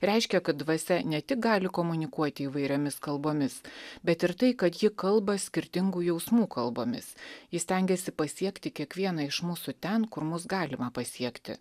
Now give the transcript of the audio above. reiškia kad dvasia ne tik gali komunikuoti įvairiomis kalbomis bet ir tai kad ji kalba skirtingų jausmų kalbomis ji stengiasi pasiekti kiekvieną iš mūsų ten kur mus galima pasiekti